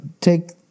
take